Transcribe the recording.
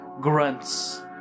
grunts